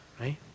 right